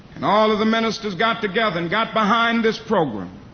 and all of the ministers got together and got behind this program.